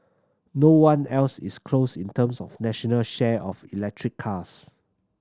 no one else is close in terms of a national share of electric cars